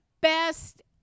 best